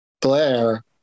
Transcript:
blair